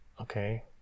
okay